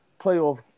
playoff